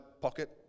pocket